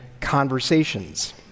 conversations